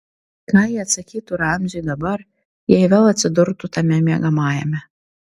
ką ji atsakytų ramziui dabar jei vėl atsidurtų tame miegamajame